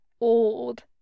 old